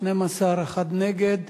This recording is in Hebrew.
ההצעה להעביר